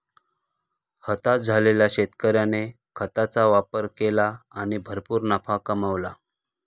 हताश झालेल्या शेतकऱ्याने खताचा वापर केला आणि भरपूर नफा कमावला